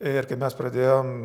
ir kai mes pradėjom